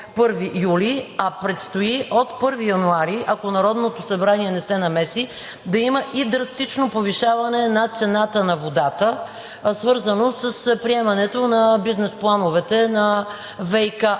а предстои от 1 януари, ако Народното събрание не се намеси, да има и драстично повишаване на цената на водата, свързано с приемането на бизнес плановете на ВиК